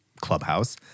clubhouse